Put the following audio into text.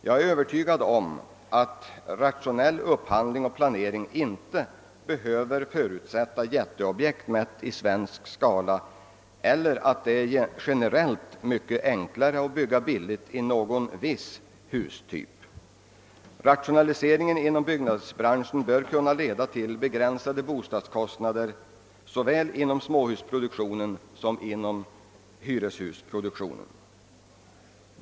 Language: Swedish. Jag är övertygad om att rationell upphandling och planering inte behöver förutsätta jätteobjekt, mätt i svensk skala, eller att det är generellt mycket enklare att bygga billigt med någon viss hustyp. Rationalise ringen inom byggnadsbranschen bör kunna leda till begränsade bostadskostnader såväl inom småhusproduktionen som inom hyreshusproduktionen.